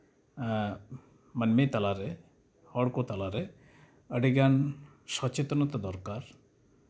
ᱟᱨ ᱢᱟᱹᱱᱢᱤ ᱛᱟᱞᱟᱨᱮ ᱦᱚᱲᱠᱚ ᱛᱟᱞᱟᱨᱮ ᱟᱹᱰᱤᱜᱟᱱ ᱥᱚᱪᱮᱛᱚᱱᱚᱛᱟ ᱫᱚᱨᱠᱟᱨ